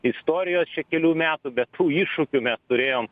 istorijos čia kelių metų bet tų iššūkių mes turėjom